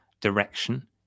direction